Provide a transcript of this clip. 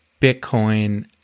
Bitcoin